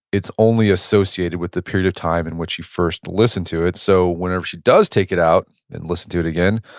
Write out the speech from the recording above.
it's only associated with the period of time in which she first listened to it. so whenever she does take it out and listen to it again,